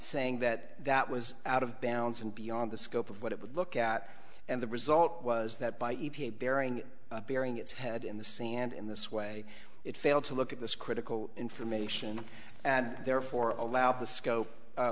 saying that that was out of bounds and beyond the scope of what it would look at and the result was that by e p a bearing bearing its head in the sand in this way it failed to look at this critical information and therefore allow